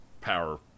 Power